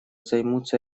займутся